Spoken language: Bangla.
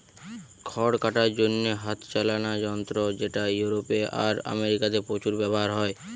খড় কাটার জন্যে হাতে চালানা যন্ত্র যেটা ইউরোপে আর আমেরিকাতে প্রচুর ব্যাভার হয়